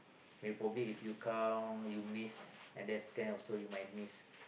uh probably if you count you miss and then scan also you might miss